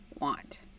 want